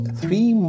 three